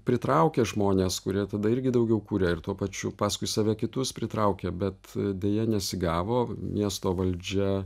pritraukia žmones kurie tada irgi daugiau kūria ir tuo pačiu paskui save kitus pritraukia bet deja nesigavo miesto valdžia